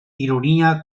ironia